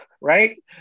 right